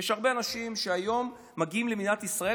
יש הרבה אנשים שהיום מגיעים למדינת ישראל